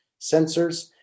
Sensors